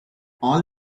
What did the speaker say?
all